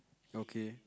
okay